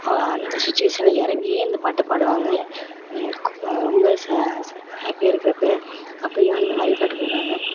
அந்த சுச்சுவேஷனில் இறங்கி அந்த பாட்டை பாடுவாங்க ரொம்ப ச ச ஹாப்பியாக இருக்கிறப்போ அப்பையும் அந்தமாதிரி பாட்டு பாடுவாங்க